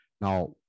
Now